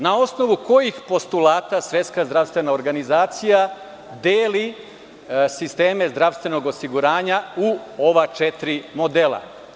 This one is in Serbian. Na osnovu kojih postulata Svetska zdravstvena organizacija deli sisteme zdravstvenog osiguranja u ova četiri modela?